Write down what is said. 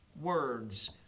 words